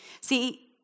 See